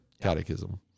catechism